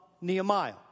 Nehemiah